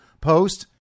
post